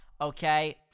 Okay